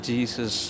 Jesus